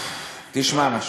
תשמע משהו.